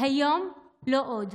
מהיום, לא עוד.